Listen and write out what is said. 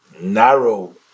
narrow